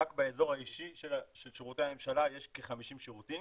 רק באזור האישי של שירותי הממשלה יש כ-50 שירותים.